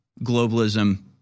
globalism